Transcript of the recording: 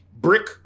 brick